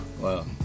Wow